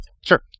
Sure